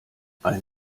ein